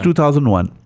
2001